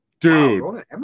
dude